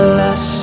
less